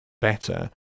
better